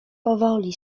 powoli